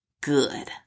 good